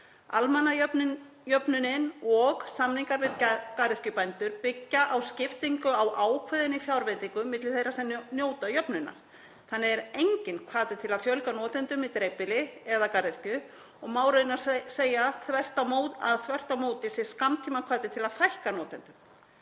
Almannajöfnunin og samningar við garðyrkjubændur byggjast á skiptingu á ákveðinni fjárveitingu milli þeirra sem njóta jöfnunar. Þannig er enginn hvati til að fjölga notendum í dreifbýli eða garðyrkju og má raunar segja að þvert á móti sé skammtímahvati til að fækka notendum.